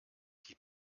die